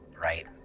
right